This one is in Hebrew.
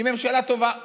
ממשלה טובה,